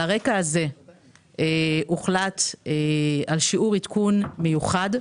על רקע זה הוחלט על שיעור עדכון מיוחד,